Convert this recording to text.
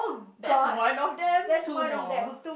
that's one of them two more